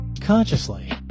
consciously